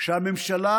שהממשלה